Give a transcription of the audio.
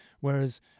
Whereas